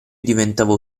diventavo